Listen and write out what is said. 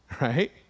Right